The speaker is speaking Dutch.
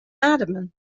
ademen